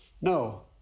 No